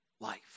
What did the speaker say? life